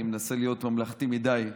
אני מנסה להיות ממלכתי מדי,